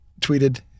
tweeted